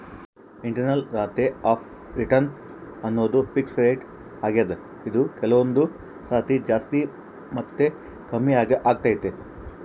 internal rate of return ಅನ್ನೋದು fix rate ಆಗ್ದೆ ಇದು ಕೆಲವೊಂದು ಸತಿ ಜಾಸ್ತಿ ಮತ್ತೆ ಕಮ್ಮಿಆಗ್ತೈತೆ